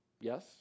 Yes